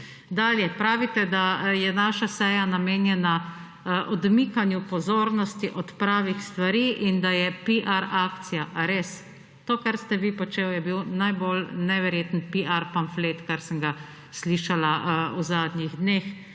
Dalje pravite, da je naša seja namenjena odmikanju pozornosti od pravih stvari in da je piar akcija. A res? To, kar ste vi počeli, je bil najbolj neverjeten piar pamflet, kar sem ga slišala v zadnjih dneh.